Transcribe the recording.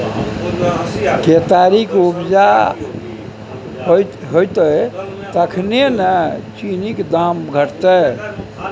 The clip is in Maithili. केतारीक उपजा हेतै तखने न चीनीक दाम घटतै